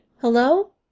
Hello